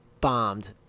bombed